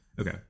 okay